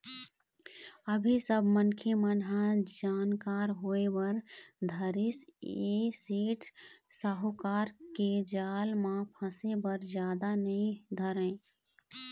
अभी सब मनखे मन ह जानकार होय बर धरिस ऐ सेठ साहूकार के जाल म फसे बर जादा नइ धरय